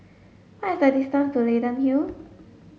what is the distance to Leyden Hill